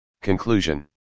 Conclusion